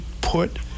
put